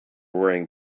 wearing